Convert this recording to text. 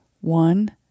one